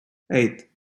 eight